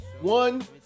one